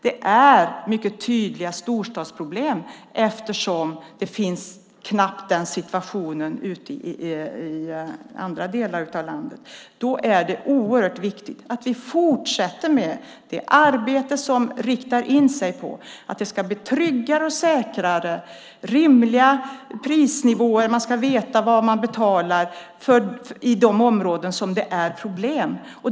Det är mycket tydliga storstadsproblem, eftersom den situationen knappt finns i andra delar av landet. Det är oerhört viktigt att vi fortsätter med det arbete som är inriktat på att det ska bli tryggare och säkrare, att det ska vara rimliga prisnivåer och att man ska veta vad man betalar i de områden som det är problem.